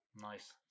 Nice